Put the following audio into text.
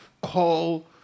call